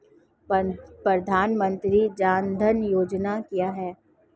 प्रधानमंत्री जन धन योजना क्या है?